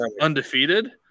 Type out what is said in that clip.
undefeated